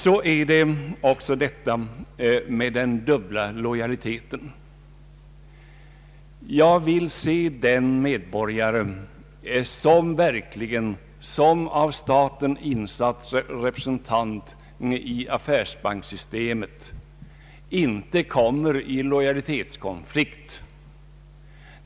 Sedan gäller det också frågan med den dubbla lojaliteten. Jag vill se den medborgare, av staten insatt som representant i affärsbankssystemet, som inte kommer i lojalitetskonflikt.